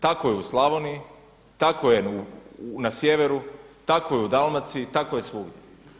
Tako je u Slavoniji, tako je na sjeveru, tako je u Dalmaciji, tako je svugdje.